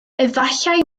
efallai